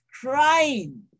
crying